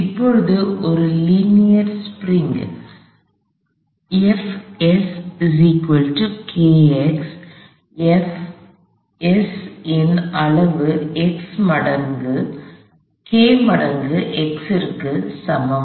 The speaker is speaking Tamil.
இப்போது ஒரு லீனியர் Linear நேரியல் ஸ்பிரிங் இன் அளவு k மடங்கு x க்கு சமம்